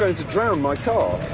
to drown my car.